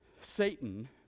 Satan